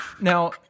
now